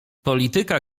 polityka